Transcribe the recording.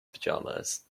pajamas